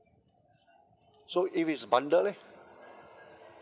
so if it's bundle leh